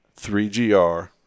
3GR